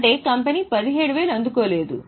అంటే కంపెనీ 17000 అందుకోలేదు